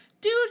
dude